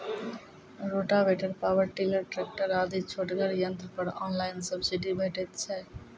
Rotavator, power tiller, tractor आदि छोटगर यंत्र पर ऑनलाइन सब्सिडी भेटैत छै?